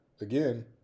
again